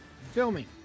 filming